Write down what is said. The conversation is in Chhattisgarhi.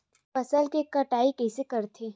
फसल के कटाई कइसे करथे?